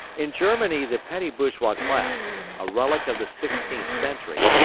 in germany the petty-bourgeois class, a relic of the sixteenth century,